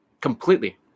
completely